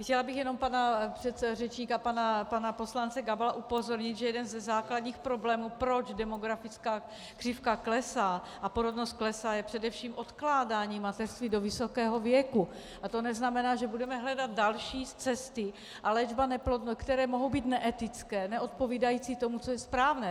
Chtěla bych jenom předřečníka, pana poslance Gabala, upozornit, že jeden ze základních problémů, proč demografická křivka a porodnost klesá, je především odkládání mateřství do vysokého věku, a to neznamená, že budeme hledat další cesty, které mohou být neetické, neodpovídající tomu, co je správné.